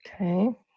Okay